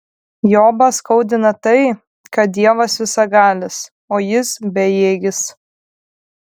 jobą skaudina tai kad dievas visagalis o jis bejėgis